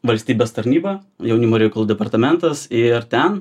valstybės tarnyba jaunimo reikalų departamentas ir ten